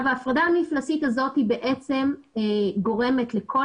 ההפרדה המפלסית הזאת היא בעצם גורמת לכל